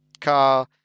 car